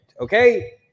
okay